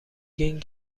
گین